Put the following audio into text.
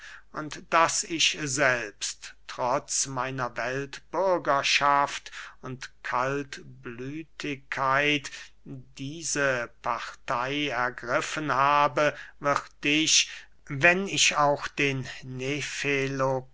und daß ich selbst trotz meiner weltbürgerschaft und kaltblütigkeit diese partey ergriffen habe wird dich wenn ich auch den